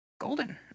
golden